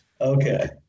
Okay